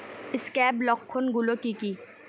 Scab লক্ষণ গুলো কি কি?